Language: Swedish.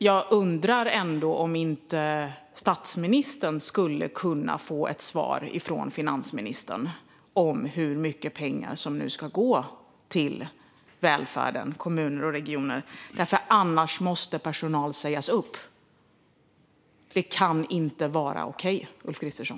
Jag undrar ändå om inte statsministern skulle kunna få ett svar från finansministern om hur mycket pengar som nu ska gå till välfärden i kommuner och regioner. Annars måste personal sägas upp. Det kan inte vara okej, Ulf Kristersson.